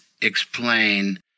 explain